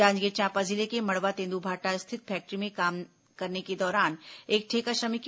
जांजगीर चांपा जिले के मड़वा तेंदूभाटा स्थित फैक्ट्री में काम करने के दौरान एक ठेका श्रमिक की